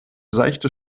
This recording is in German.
seichte